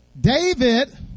David